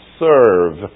serve